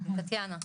טטיאנה.